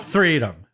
Freedom